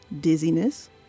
dizziness